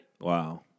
Wow